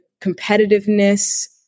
competitiveness